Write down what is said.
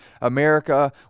America